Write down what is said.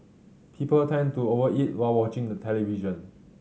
people tend to over eat while watching the television